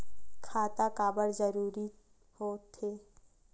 खाता काबर जरूरी हो थे?